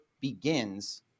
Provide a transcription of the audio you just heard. begins